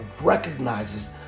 recognizes